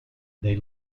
they